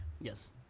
yes